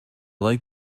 like